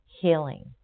healing